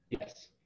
Yes